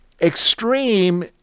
extreme